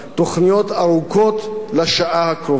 תוכניות ארוכות לשעה הקרובה.